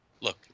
look